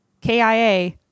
kia